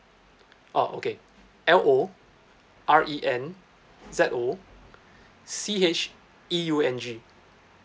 oh okay L O R E N Z O C H E U N G